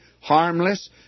harmless